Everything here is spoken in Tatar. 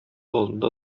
алдында